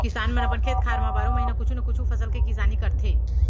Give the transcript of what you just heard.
किसान मन अपन खेत खार म बारो महिना कुछु न कुछु फसल के किसानी करथे